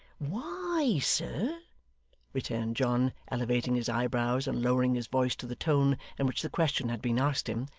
why, sir returned john, elevating his eyebrows, and lowering his voice to the tone in which the question had been asked him,